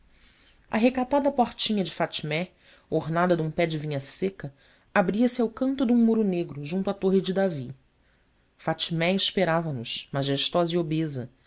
recatada portinha da fatmé ornada de um pé de vinha seca abria-se ao canto de um muro negro junto à torre de davi fatmé esperava nos majestosa e obesa